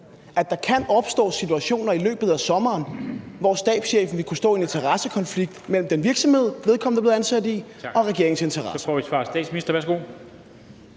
at der kan opstå situationer i løbet af sommeren, hvor stabschefen vil kunne stå i en interessekonflikt mellem den virksomhed, vedkommende er blevet ansat i, og regeringens interesser?